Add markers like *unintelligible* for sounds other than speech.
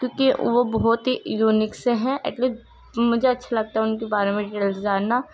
کیونکہ وہ بہت ہی یونیک سے ہیں *unintelligible* مجھے اچّھا لگتا ہے ان کے بارے میں ڈٹیلز جاننا